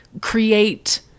create